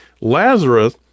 Lazarus